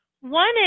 One